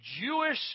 Jewish